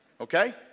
okay